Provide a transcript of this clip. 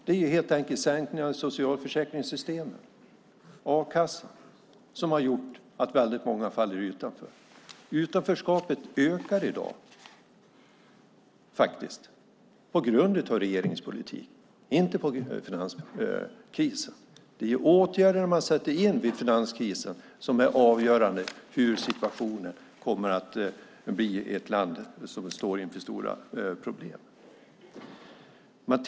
Det är helt enkelt sänkningarna inom socialförsäkringssystemen och a-kassan som har gjort att väldigt många faller utanför. Utanförskapet ökar i dag på grund av regeringens politik, inte på grund av finanskrisen. Det är åtgärder man sätter in vid finanskrisen som är avgörande för hur situationen kommer att bli i ett land som står inför stora problem.